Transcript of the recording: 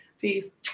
peace